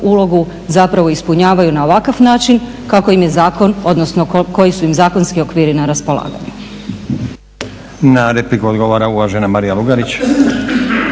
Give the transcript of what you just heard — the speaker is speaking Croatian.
ulogu zapravo ispunjavaju na ovakav način kako im je zakon odnosno koji su im zakonski okviri na raspolaganju. **Stazić, Nenad (SDP)** Na repliku odgovara uvažena Marija Lugarić.